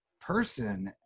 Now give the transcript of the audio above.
person